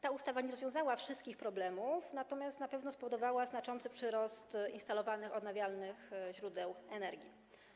Ta ustawa nie rozwiązała wszystkich problemów, natomiast na pewno spowodowała znaczący przyrost instalowanych odnawialnych źródeł energii.